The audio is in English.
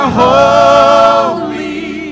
holy